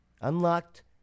unlocked